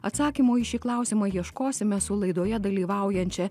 atsakymų į šį klausimą ieškosime su laidoje dalyvaujančia